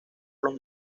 los